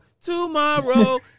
tomorrow